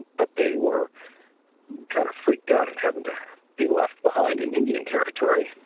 but they were kind of freaked out of having to being left behind in indian territory.